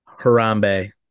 Harambe